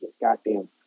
goddamn